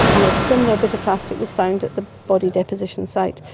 and a similar bit of plastic was found at the body deposition site.